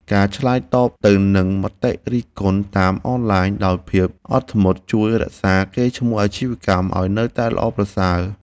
ការឆ្លើយតបទៅនឹងមតិរិះគន់តាមអនឡាញដោយភាពអត់ធ្មត់ជួយរក្សាកេរ្តិ៍ឈ្មោះអាជីវកម្មឱ្យនៅតែល្អប្រសើរ។